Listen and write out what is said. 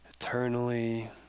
Eternally